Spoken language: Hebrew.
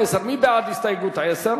ההסתייגות מס'